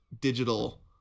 digital